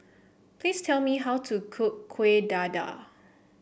please tell me how to cook Kuih Dadar